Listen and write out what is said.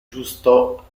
justo